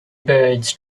birds